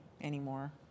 anymore